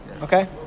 Okay